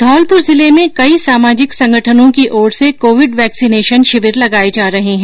धौलप्र जिले में कई सामाजिक संगठनों की ओर से कोविड वैक्सीनेशन शिविर लगाए जा रहे हैं